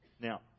Now